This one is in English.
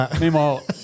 meanwhile